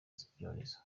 z’ibyorezo